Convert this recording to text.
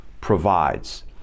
provides